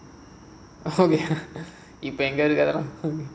இப்போ எங்க இருக்கு அதெல்லாம்:ippo enga irukku adhellaam